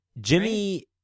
Jimmy